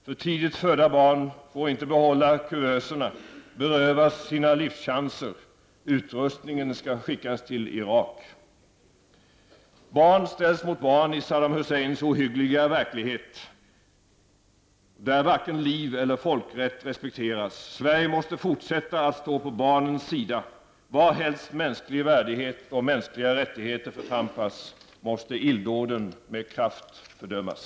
För tidigt födda barn slits ur kuvöserna och berövas sina livschanser -- utrustningen skall skickas till Irak. Barn ställs mot barn i Saddam Husseins ohyggliga verklighet, där varken liv eller folkrätt respekteras. Sverige måste fortsätta att stå på barnens sida. Varhelst mänsklig värdighet och mänskliga rättigheter förtrampas måste illdåden med kraft fördömas.